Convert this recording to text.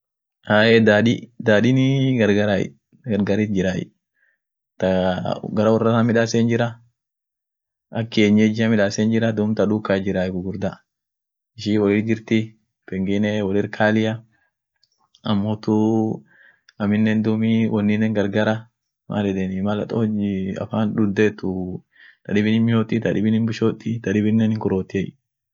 Ahey sisino sunii gargarai sisino diimtut jira guraatiinen hinjirtie, tadibi sagalean daabeteni, tadibi sagalean hindaabetenu amootu tadibi akunkaanean hindugeninea amo tuun hindugenu sagalean daabetenie, akasin gargarai tadibin shooji dooti tuundibin shooji akasi hindootu,